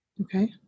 Okay